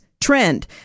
trend